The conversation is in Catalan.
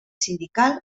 sindical